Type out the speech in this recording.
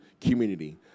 community